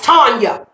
Tanya